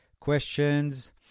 questions